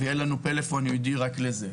בעילום שם לגבי מקרה אלימות שהוא מכיר.